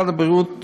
משרד הבריאות